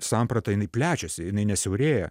samprata jinai plečiasi jinai nesiaurėja